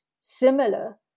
similar